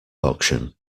auction